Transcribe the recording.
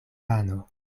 pano